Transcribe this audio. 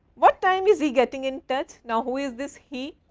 what time is he getting in touch? now, who is this he,